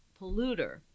polluter